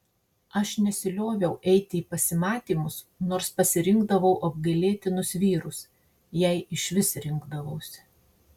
aš nesilioviau eiti į pasimatymus nors pasirinkdavau apgailėtinus vyrus jei išvis rinkdavausi